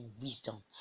wisdom